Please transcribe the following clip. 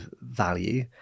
value